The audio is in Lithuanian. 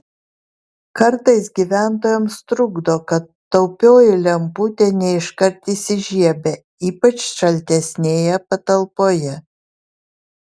kartais gyventojams trukdo kad taupioji lemputė ne iškart įsižiebia ypač šaltesnėje patalpoje